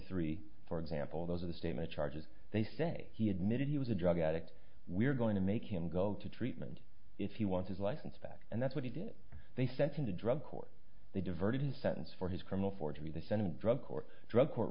three for example those are the statement charges they say he admitted he was a drug addict we're going to make him go to treatment if he wants his license back and that's what he did they sent him to drug court they diverted sentence for his criminal forgery the sentiment drug or drug court